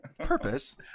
purpose